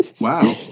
Wow